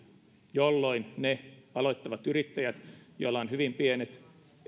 jolloin ne aloittavat yrittäjät joilla on hyvin pienet